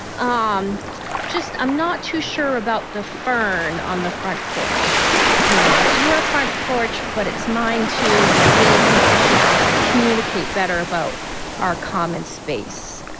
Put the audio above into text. ah um just i'm not too sure about the fern on the front porch you know, it's your front porch, but it's mine, too. and i really think we should communicate better about our common space.